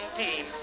team